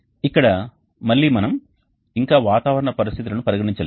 ఇక్కడ మళ్ళీ మనం ఇంకా వాతావరణ పరిస్థితులను పరిగణించలేదు